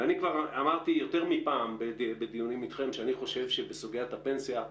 ואני כבר אמרתי יותר מפעם בדיונים איתכם שאני חושב שבסוגיית הפנסיה,